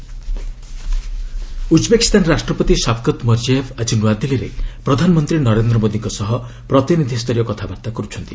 Uzbekistan ପ୍ରେକ୍ Uzbekistan ରାଷ୍ଟ୍ରପତି Shavkat Mirziyoyev ଆଜି ନୂଆଦିଲ୍ଲୀରେ ପ୍ରଧାନମନ୍ତ୍ରୀ ନରେନ୍ଦ୍ର ମୋଦିଙ୍କ ସହ ପ୍ରତିନିଧି ସ୍ତରୀୟ କଥାବାର୍ତ୍ତା କରୁଛନ୍ତି